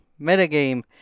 metagame